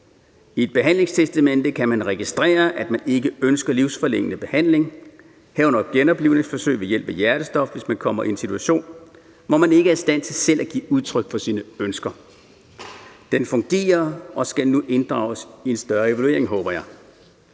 I et behandlingstestamente kan man registrere, at man ikke ønsker livsforlængende behandling, herunder genoplivningsforsøg ved hjertestop, hvis man kommer i en situation, hvor man ikke selv er i stand til at give udtryk for sine ønsker. Det fungerer og skal nu inddrages i en større evaluering, håber jeg.